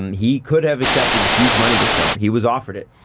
he could have accepted huge money this summer, he was offered it,